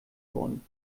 worden